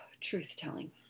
Truth-telling